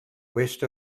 west